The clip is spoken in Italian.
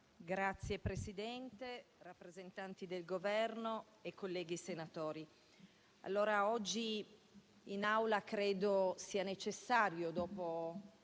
Signor Presidente, rappresentanti del Governo, colleghi senatori, oggi in Aula credo sia necessario, dopo